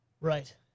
Right